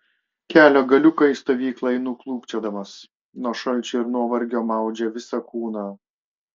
kelio galiuką į stovyklą einu klūpčiodamas nuo šalčio ir nuovargio maudžia visą kūną